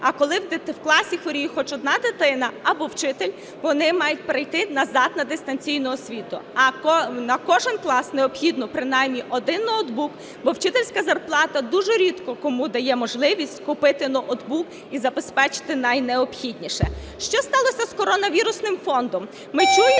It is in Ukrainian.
Коли в класі хворіє хоч одна дитина або вчитель, вона мають перейти назад на дистанційну освіту. А на кожен клас необхідно принаймні один ноутбук, бо вчительська зарплата дуже рідко кому дає можливість купити ноутбук і забезпечити найнеобхідніше. Що сталося з коронавірусним фондом? Ми чуємо,